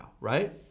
right